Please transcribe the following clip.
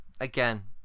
again